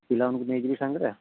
ପିଲା ମାନଙ୍କୁ ନେଇଯିବି ସାଙ୍ଗରେ